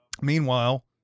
meanwhile